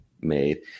made